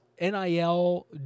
NIL